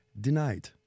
Denied